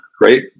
Right